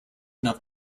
enough